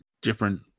different